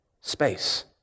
space